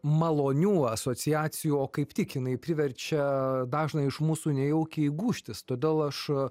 malonių asociacijų o kaip tik jina priverčia dažną iš mūsų nejaukiai gūžtis todėl aš